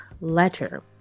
letter